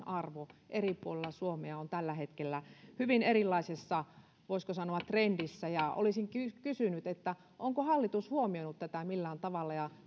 arvo eri puolilla suomea on tällä hetkellä hyvin erilaisessa voisiko sanoa trendissä ja olisin kysynyt onko hallitus huomioinut tätä millään tavalla ja